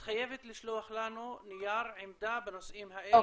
את חייבת לשלוח לנו נייר עמדה בנושאים האלה,